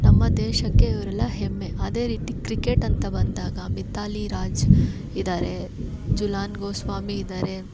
ನಮ್ಮ ದೇಶಕ್ಕೆ ಇವರೆಲ್ಲ ಹೆಮ್ಮೆ ಅದೇ ರೀತಿ ಕ್ರಿಕೆಟಂತ ಬಂದಾಗ ಮಿತಾಲಿ ರಾಜ್ ಇದಾರೆ ಜುಲಾನ್ ಗೋ ಸ್ವಾಮಿ ಇದಾರೆ